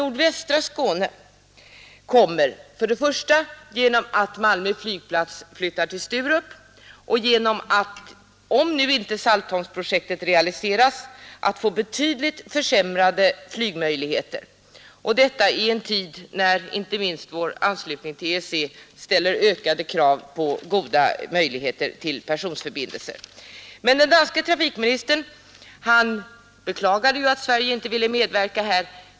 Nordvästra Skåne kommer genom att Malmö flygplats flyttar till Sturup och om Saltholmsprojektet inte realiseras att få betydligt försämrade flygresemöjligheter och detta i en tid när inte minst vår anslutning till EEC ställer ökade krav på goda personförbindelser. Den danske trafikministern beklagade att Sverige inte ville medverka här.